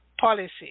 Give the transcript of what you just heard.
policy